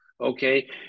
Okay